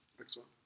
Excellent